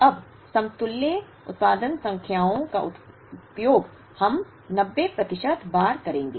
अब समतुल्य उत्पादन संख्याओं का उपयोग हम 90 प्रतिशत बार करेंगे